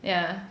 yeah